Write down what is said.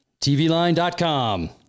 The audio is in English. TVLine.com